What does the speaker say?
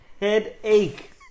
Headache